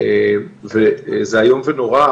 זה איום ונורא,